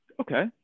Okay